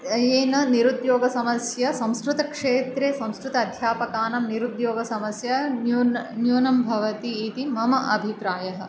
येन निरुद्योगसमस्या संस्कृतक्षेत्रे संस्कृत अध्यापकानां निरुद्योगसमस्या न्यून न्यूनं भवति इति मम अभिप्रायः